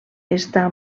està